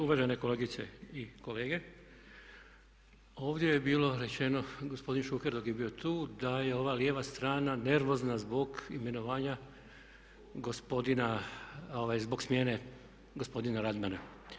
Uvažene kolegice i kolege, ovdje je bilo rečeno gospodin Šuker dok je bio tu da je ova lijeva strana nervozna zbog imenovanja gospodina, zbog smjene gospodina Radmana.